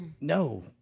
No